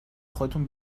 خودتون